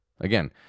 Again